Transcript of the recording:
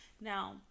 Now